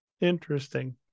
Interesting